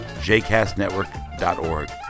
Jcastnetwork.org